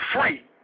free